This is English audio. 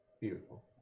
Beautiful